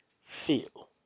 feel